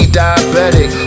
diabetic